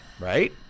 Right